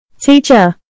Teacher